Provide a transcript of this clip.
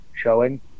showing